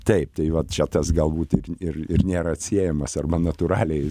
taip tai va čia tas galbūt ir ir nėra atsiejamas arba natūraliai